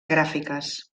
gràfiques